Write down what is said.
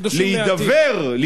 להידבר, חודשים מעטים.